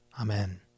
Amen